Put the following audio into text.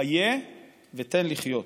חיה ותן לחיות.